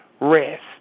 rest